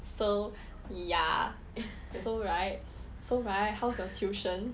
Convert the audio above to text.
so ya so right so right how's your tuition